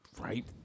Right